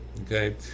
okay